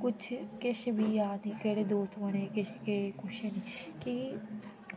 कुछ कैश बी याद नी केह्डे दोस्त औने केश हे कुछ नेई केई